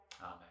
Amen